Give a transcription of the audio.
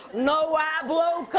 no hablo